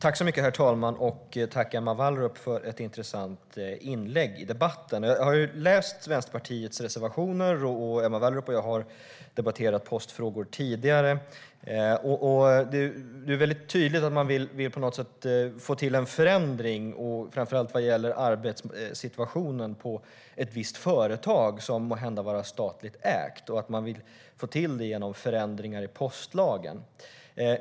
Herr talman! Tack, Emma Wallrup, för ett intressant inlägg i debatten! Jag har läst Vänsterpartiets reservationer, och Emma Wallrup och jag har debatterat postfrågor tidigare. Det är väldigt tydligt att man vill få till en förändring, framför allt vad gäller arbetssituationen på ett visst företag som måhända är statligt ägt, genom förändringar i postlagen.